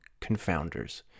confounders